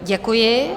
Děkuji.